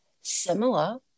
Similar